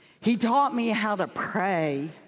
he taught me how to pray.